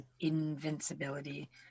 invincibility